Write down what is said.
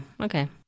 okay